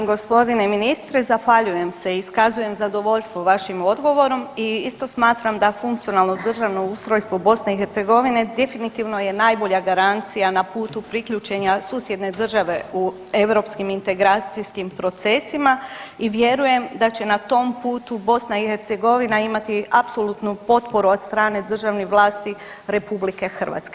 Poštovani gospodine ministre, zahvaljujem se i iskazujem zadovoljstvo vašim odgovorom i isto smatram da funkcionalno državno ustrojstvo BiH definitivno je najbolja garancija na putu priključenja susjedne države u europskim integracijskim procesima i vjerujem da će na tom putu BiH imati apsolutnu potporu od strane državne vlasti RH.